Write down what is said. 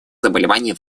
заболеваний